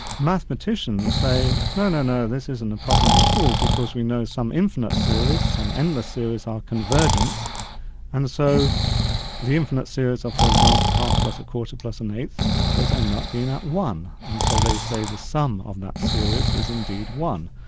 mathematicians say, no, no, no, this isn't a problem at all, because we know some infinite series, some endless series, are convergent and so the infinite series of, for example, a half plus a quarter plus an eighth does end up being at one, and so they say the sum of that series is indeed one,